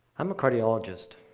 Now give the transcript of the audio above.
i'm a cardiologist,